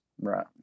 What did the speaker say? Right